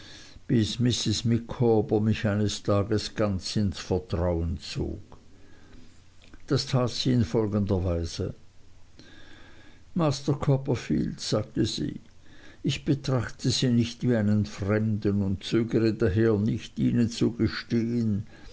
mich eines tags ganz ins vertrauen zog das tat sie in folgender weise master copperfield sagte sie ich betrachte sie nicht wie einen fremden und zögere daher nicht ihnen zu